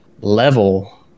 level